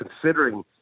considering